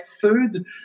food